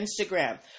Instagram